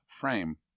frame